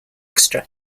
xtra